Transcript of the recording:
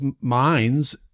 minds